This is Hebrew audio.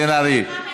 בן ארי.